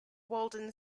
walden